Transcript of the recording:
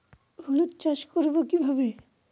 হলুদ চাষ করব কিভাবে?